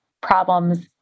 problems